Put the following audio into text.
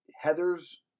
Heather's